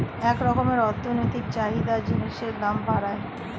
এক রকমের অর্থনৈতিক চাহিদা জিনিসের দাম বাড়ায়